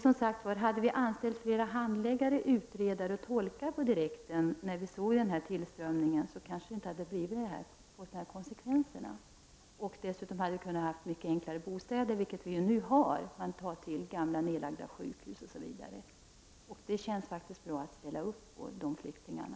Om flera handläggare, utredare och tolkar hade anställts direkt när vi såg denna tillströmning, hade kanske dessa konsekvenser inte uppstått. Dessutom hade vi kunnat ha mycket enklare bostäder, vilket vi ju nu har. Man tar till gamla nedlagda sjukhus osv. Det känns faktiskt bra att ställa upp för flyktingarna.